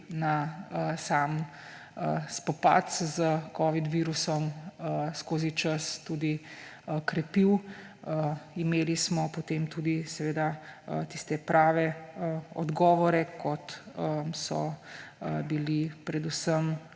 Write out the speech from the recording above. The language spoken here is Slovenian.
na sam spopad z virusom covid skozi čas tudi krepil. Imeli smo potem tudi tiste prave odgovore, kot so bili predvsem